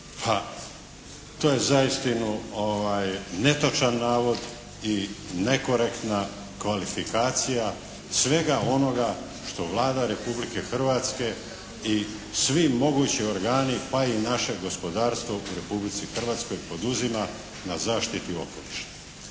to je zaistinu netočan navod i nekorektna kvalifikacija svega onoga što Vlada Republike Hrvatske i svi mogući organi, pa i naše gospodarstvo u Republici Hrvatskoj poduzima na zaštiti okoliša.